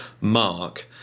mark